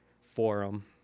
forum